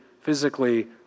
physically